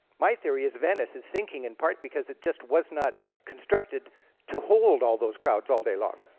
my theory is venice is sinking, in part because it just was not constructed to hold all those crowds all day long.